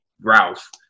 Ralph